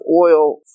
oil